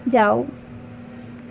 ਜਾਓ